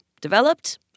developed